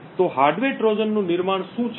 તો hardware Trojan નું નિર્માણ શું છે